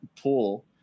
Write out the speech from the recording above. pool